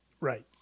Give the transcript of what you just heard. right